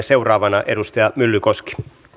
seuraavana edustaja myllykoski